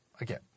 again